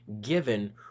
given